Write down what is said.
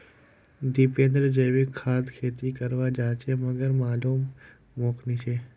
दीपेंद्र जैविक खाद खेती कर वा चहाचे मगर मालूम मोक नी छे